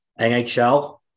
NHL